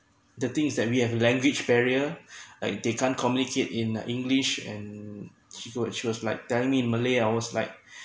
the thing is that we have language barrier like they can't communicate in uh english and she go and she was like telling me in malay I was like